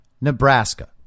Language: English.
Nebraska